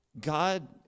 God